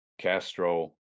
Castro